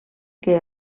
que